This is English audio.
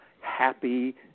happy